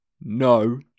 No